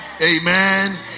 Amen